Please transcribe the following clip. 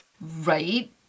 Right